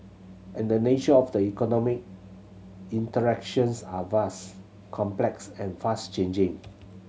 and the nature of the economy interactions are vast complex and fast changing